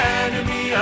enemy